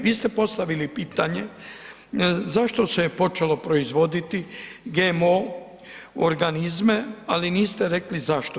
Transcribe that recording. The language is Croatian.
Vi ste postavili pitanje zašto se počelo proizvoditi GMO organizme, ali niste rekli zašto.